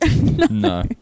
No